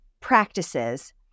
practices